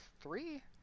three